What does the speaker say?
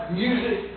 music